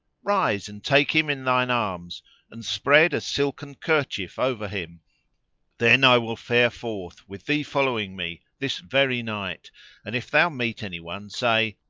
rise and take him in thine arms and spread a silken kerchief over him then i will fare forth, with thee following me this very night and if thou meet any one say,